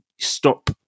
stop